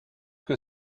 que